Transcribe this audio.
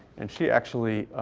and she actually